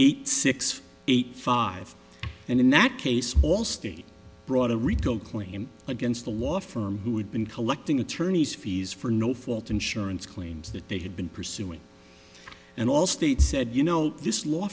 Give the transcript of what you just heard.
eight six eight five and in that case all state brought a rico claim against the law firm who had been collecting attorneys fees for no fault insurance claims that they had been pursuing and allstate said you know this law